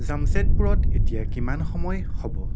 জামছেদপুৰত এতিয়া কিমান সময় হ'ব